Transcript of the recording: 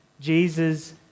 Jesus